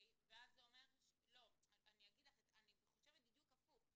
אני חושבת בדיוק הפוך.